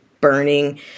burning